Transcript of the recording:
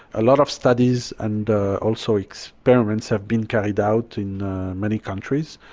a lot of studies and also experiments have been carried out in many countries.